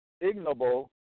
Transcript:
ignoble